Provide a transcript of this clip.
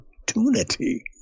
opportunity